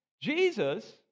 Jesus